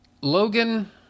Logan